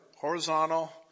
horizontal